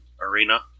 arena